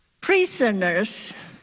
prisoners